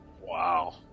wow